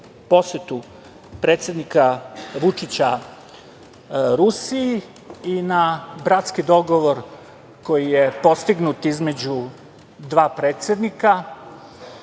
posetu predsednika Vučića Rusiji i na bratski dogovor koji je postignut između dva predsednika.